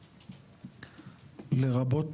לרבות,